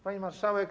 Pani Marszałek!